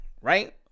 right